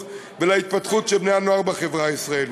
ובהתפתחות של בני-הנוער בחברה הישראלית.